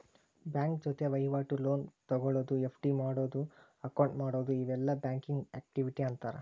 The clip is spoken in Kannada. ಬ್ಯಾಂಕ ಜೊತಿ ವಹಿವಾಟು, ಲೋನ್ ತೊಗೊಳೋದು, ಎಫ್.ಡಿ ಮಾಡಿಡೊದು, ಅಕೌಂಟ್ ಮಾಡೊದು ಇವೆಲ್ಲಾ ಬ್ಯಾಂಕಿಂಗ್ ಆಕ್ಟಿವಿಟಿ ಅಂತಾರ